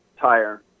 tire